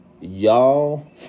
y'all